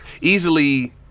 Easily